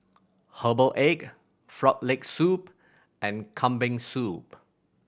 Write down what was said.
Herbal Egg Frog Leg Soup and Kambing Soup